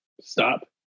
Stop